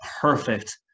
perfect